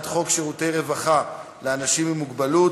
23 בעד, אין מתנגדים, אין נמנעים.